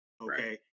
Okay